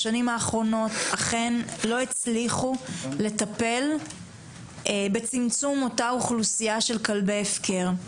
בשנים האחרונות אכן לא הצליחו לטפל בצמצום אותה אוכלוסייה של כלבי הפקר,